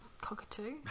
Cockatoo